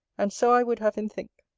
and so i would have him think.